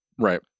Right